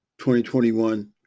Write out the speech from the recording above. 2021